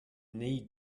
need